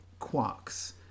quarks